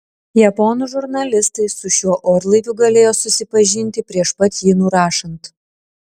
japonų žurnalistai su šiuo orlaiviu galėjo susipažinti prieš pat jį nurašant